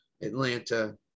Atlanta